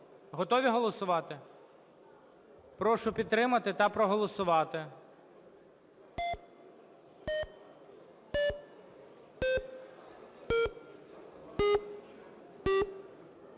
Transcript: Готові голосувати? Прошу підтримати та проголосувати.